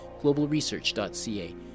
globalresearch.ca